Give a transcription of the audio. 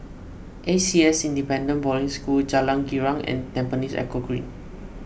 A C S Independent Boarding School Jalan Girang and Tampines Eco Green